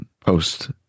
post